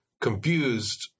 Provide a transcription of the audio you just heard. confused